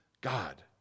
God